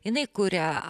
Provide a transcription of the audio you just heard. jinai kuria